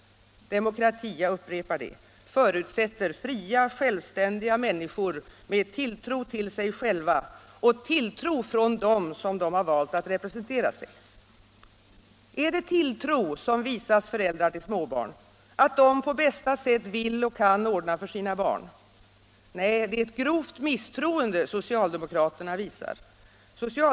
Demokrati förutsätter fria, självständiga människor med tilltro till sig själva — och tilltro från dem som de har valt att representera sig. Är det tilltro som visas föräldrar till småbarn om att de på bästa sätt vill och kan ordna för sina barn? Nej, det är ett grovt misstroende som socialdemokraterna visar.